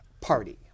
Party